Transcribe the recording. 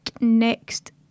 next